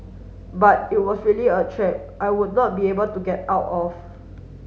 but it was really a trap I would not be able to get out of